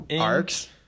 arcs